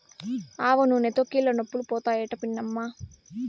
ఆవనూనెతో కీళ్లనొప్పులు పోతాయట పిన్నమ్మా